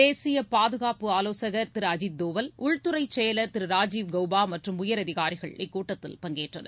தேசிய பாதுகாப்பு ஆலோசகர் திரு அஜித் தோவல் உள்துறை செயலர் திரு ராஜீவ் கவ்பா மற்றும் உயரதிகாரிகள் இக்கூட்டத்தில் பங்கேற்றனர்